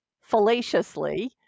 fallaciously